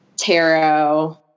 tarot